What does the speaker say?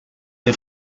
des